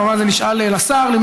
כמובן זה נשאל לשר,